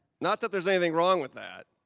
not that there's anything wrong with that,